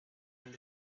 and